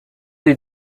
have